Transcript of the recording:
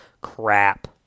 crap